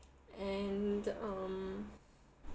and um